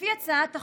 לפי הצעת החוק,